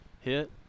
hit